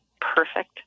perfect